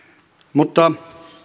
mutta